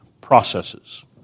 processes